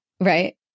Right